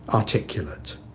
articulate.